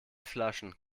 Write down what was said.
flaschen